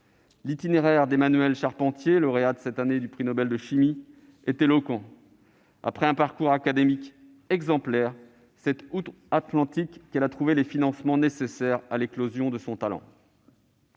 L'itinéraire d'Emmanuelle Charpentier, lauréate cette année du prix Nobel de chimie, est éloquent : après un parcours académique exemplaire, c'est outre-Atlantique qu'elle a trouvé les financements nécessaires à l'éclosion de son talent.